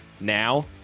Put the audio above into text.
Now